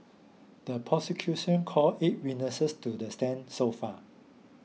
the prosecution call eight witnesses to the stand so far